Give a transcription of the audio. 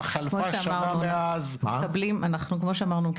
כבר חלפה שנה מאז --- כמו שאמרתי,